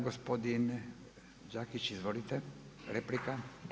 Gospodin Đakić, izvolite, replika.